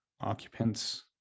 occupants